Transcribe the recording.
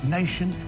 nation